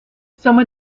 some